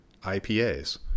IPAs